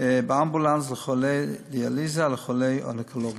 באמבולנס לחולי דיאליזה ולחולי אונקולוגיה.